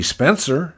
Spencer